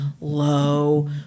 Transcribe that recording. low